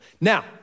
Now